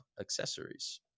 accessories